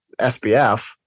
sbf